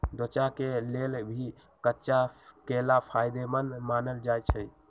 त्वचा के लेल भी कच्चा केला फायेदेमंद मानल जाई छई